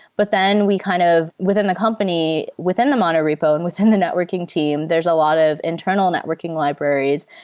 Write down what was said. but then we kind of within the company, within the mono repo, and within the networking team, there's a lot of internal networking libraries.